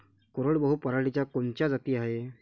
कोरडवाहू पराटीच्या कोनच्या जाती हाये?